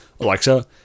Alexa